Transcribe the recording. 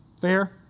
Fair